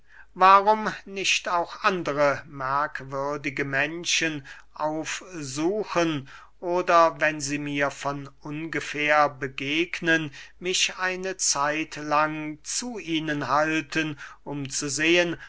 warum nicht auch andere merkwürdige menschen aufsuchen oder wenn sie mir von ungefähr begegnen mich eine zeitlang zu ihnen halten um zu sehen